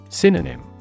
Synonym